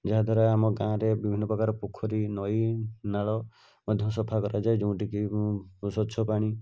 ଯାହାଦ୍ୱାରା ଆମ ଗାଁରେ ବିଭିନ୍ନ ପ୍ରକାର ପୋଖରୀ ନଈନାଳ ମଧ୍ୟ ସଫା କରାଯାଏ ଯେଉଁଠିକି ମୁଁ ସ୍ଵଚ୍ଛ ପାଣି